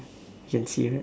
can see right